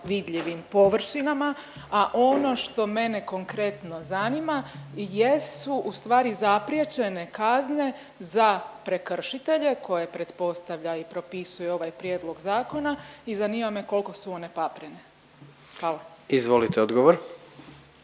vidljivim površinama, a ono što mene konkretno zanima jesu ustvari zapriječene kazne za prekršitelje koje pretpostavlja i propisuje ovaj Prijedlog zakona i zanima me koliko su one paprene. Hvala. **Jandroković,